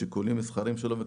משיקולים מסחריים שלו,